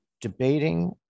Debating